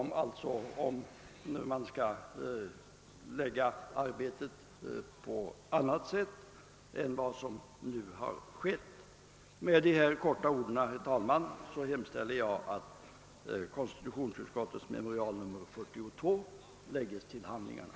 Vi får alltså se om arbetet skall bedrivas på ett annat sätt än som nu skett. Med dessa få ord hemställer jag, herr talman, att konstitutionsutskottets memorial nr 42 lägges till handlingarna.